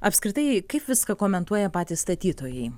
apskritai kaip viską komentuoja patys statytojai